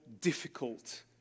difficult